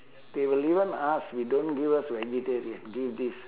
they will even ask we don't give us vegetarian give this